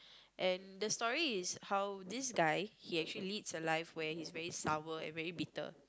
and the story is how this guy he actually leads a life where he is very sour and very bitter